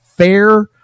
Fair